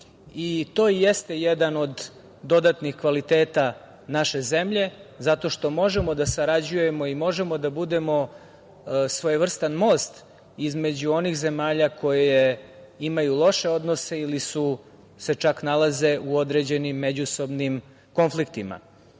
To jeste jedan od dodatnih kvaliteta naše zemlje, zato što možemo da sarađujemo i možemo da budemo svojevrstan most između onih zemalja koje imaju loše odnose ili se čak nalaze u određenim međusobnim konfliktima. Mi